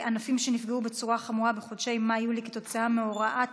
ענפים שנפגעים בצורה חמורה בחודשי מאי יוני כתוצאה מהוראת המדינה,